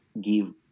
give